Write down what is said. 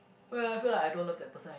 oh ya feel like I don't love that person and